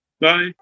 bye